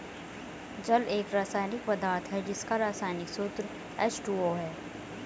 जल एक रसायनिक पदार्थ है जिसका रसायनिक सूत्र एच.टू.ओ है